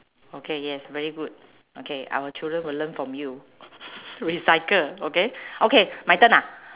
okay yes very good okay our children will learn from you recycle okay okay my turn ah